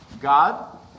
God